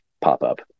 pop-up